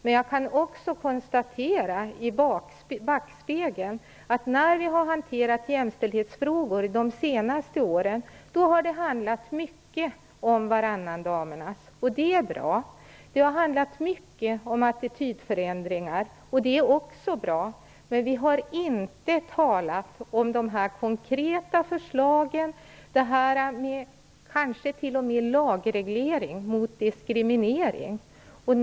När jag ser i backspegeln kan jag konstatera att det de senaste åren i jämställdhetsfrågor mycket handlat om varannan damernas. Det är bra. Det har handlat mycket om attitydförändringar. Det är också bra. Men vi har inte talat om de konkreta förslagen, om kanske t.o.m. lagreglering mot diskriminering.